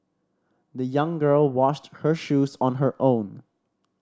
the young girl washed her shoes on her own